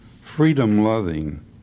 freedom-loving